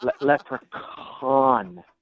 Leprechaun